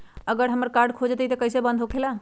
अगर हमर कार्ड खो जाई त इ कईसे बंद होकेला?